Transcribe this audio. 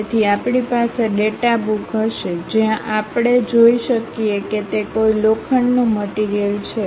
તેથી આપણી પાસે ડેટા બુક હશે જ્યાં આપણે જોઈ શકીએ કે તે કોઈ લોખંડનું મટીરીયલ છે